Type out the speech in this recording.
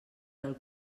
del